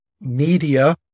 media